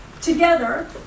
Together